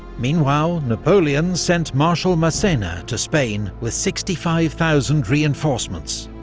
meanwhile napoleon sent marshal massena to spain with sixty five thousand reinforcements.